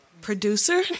producer